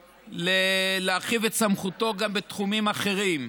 להרחיב את סמכותו גם בתחומים אחרים.